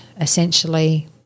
essentially